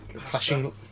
Flashing